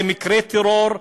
זה מקרה טרור,